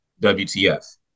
WTF